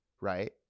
Right